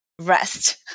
rest